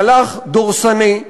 מהלך דורסני,